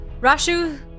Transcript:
Rashu